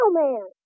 man